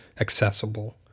accessible